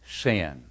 sin